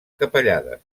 capellades